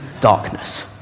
darkness